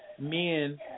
men